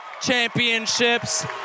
championships